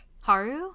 Haru